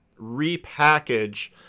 repackage